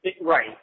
right